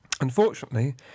Unfortunately